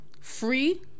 free